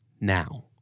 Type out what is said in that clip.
now